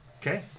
Okay